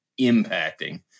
impacting